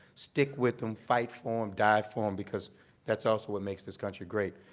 stick with them. fight for them. die for them, because that's also what makes this country great.